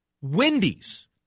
Wendy's